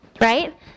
right